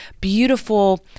beautiful